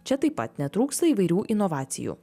čia taip pat netrūksta įvairių inovacijų